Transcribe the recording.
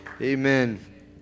Amen